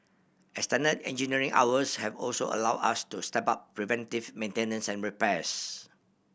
extended engineering hours have also allowed us to step up preventive maintenance and repairs